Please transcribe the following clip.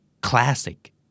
Classic